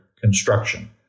construction